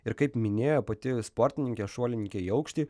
ir kaip minėjo pati sportininkė šuolininkė į aukštį